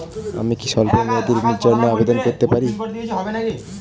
আমি কি স্বল্প মেয়াদি ঋণের জন্যে আবেদন করতে পারি?